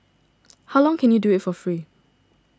how long can you do it for free